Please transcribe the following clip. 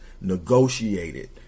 negotiated